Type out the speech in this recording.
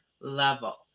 level